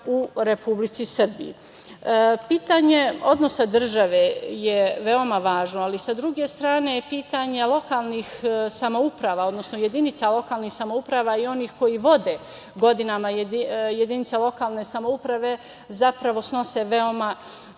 u Republici Srbiji. Pitanje, odnosa države je veoma važno, ali sa druge strane pitanje lokalnih samouprava, odnosno jedinica lokalnih samouprava i onih koji vode godinama jedinice lokalne samouprave, zapravo snose veoma